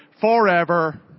forever